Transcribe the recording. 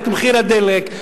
את מחיר הדלק,